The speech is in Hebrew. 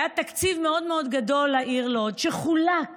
היה תקציב מאוד מאוד גדול לעיר לוד שחולק